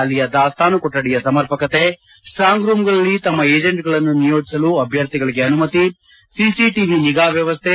ಅಲ್ಲಿಯ ದಾಸ್ತಾನು ಕೊಠಡಿಯ ಸಮರ್ಪಕತೆ ಸ್ವಾಂಗ್ರೂಂಗಳಲ್ಲಿ ತಮ್ಮ ಏಜೆಂಟ್ಗಳನ್ನು ನಿಯೋಜಿಸಲು ಅಭ್ಯರ್ಥಿಗಳಿಗೆ ಅನುಮತಿ ಸಿಸಿಟಿವಿ ನಿಗಾ ವ್ಯವಸ್ಥೆ